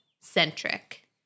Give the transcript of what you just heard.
centric